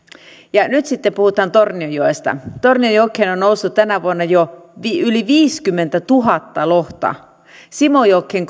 ja nyt sitten puhutaan tornionjoesta tornionjokeen on noussut tänä vuonna jo yli viisikymmentätuhatta lohta simojokeen